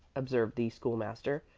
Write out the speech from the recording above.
observed the school-master,